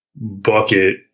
bucket